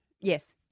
Yes